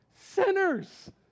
Sinners